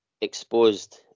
exposed